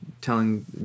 telling